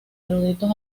eruditos